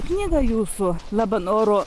knyga jūsų labanoro